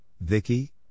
Vicky